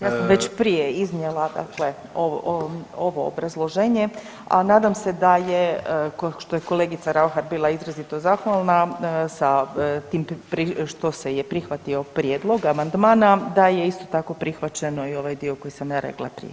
Ja sam već prije iznijela dakle ovo obrazloženje, a nadam se da je, kao što je kolegica Raukar bila izrazito zahvalna sa tim što se je prihvatio prijedlog amandmana, da je isto tako prihvaćeno i ovaj dio koji sam ja rekla prije.